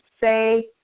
say